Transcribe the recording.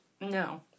No